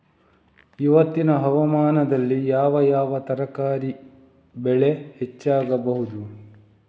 ಇವತ್ತಿನ ಹವಾಮಾನದಲ್ಲಿ ಯಾವ ಯಾವ ತರಕಾರಿ ಬೆಳೆ ಹೆಚ್ಚಾಗಬಹುದು?